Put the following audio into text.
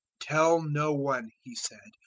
tell no one, he said,